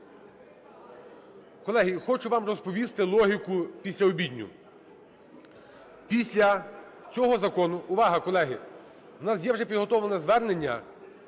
Колеги, хочу вам розповісти логіку післяобідню. Після цього закону… Увага, колеги! У нас є вже підготовлене звернення